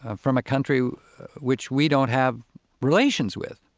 from a country which we don't have relations with.